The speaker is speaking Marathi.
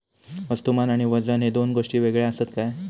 वस्तुमान आणि वजन हे दोन गोष्टी वेगळे आसत काय?